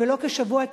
ולא כשבוע,